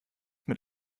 mit